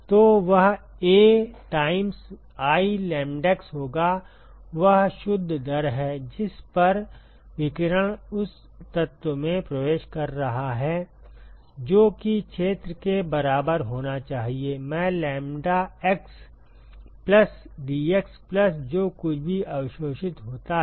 तो वह A times I lambda x होगा वह शुद्ध दर है जिस पर विकिरण उस तत्व में प्रवेश कर रहा है जो कि क्षेत्र के बराबर होना चाहिए मैं lambda x plus dx plus जो कुछ भी अवशोषित होता है